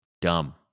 Dumb